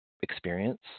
experience